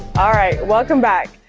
all right, welcome back.